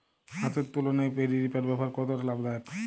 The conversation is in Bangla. হাতের তুলনায় পেডি রিপার ব্যবহার কতটা লাভদায়ক?